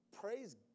Praise